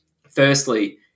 firstly